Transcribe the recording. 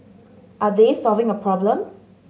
are they solving a problem